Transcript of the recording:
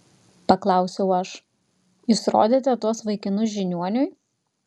paklausiau aš jūs rodėte tuos vaikinus žiniuoniui